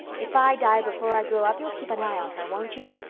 if i die before i grow up you'll keep an eye on her, won't you?